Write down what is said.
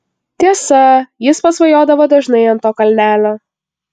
tiesa jis pasvajodavo dažnai ant to kalnelio